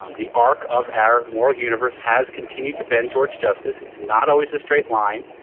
um the arc of our moral universe has continued to bend towards justice. it's not always a straight line.